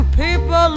people